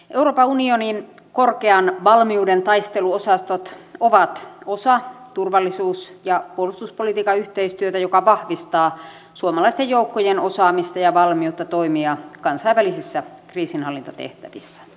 euroopan unionin korkean valmiuden taisteluosastot ovat osa turvallisuus ja puolustuspolitiikan yhteistyötä joka vahvistaa suomalaisten joukkojen osaamista ja valmiutta toimia kansainvälisissä kriisinhallintatehtävissä